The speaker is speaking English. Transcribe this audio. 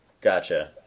Gotcha